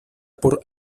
por